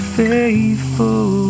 faithful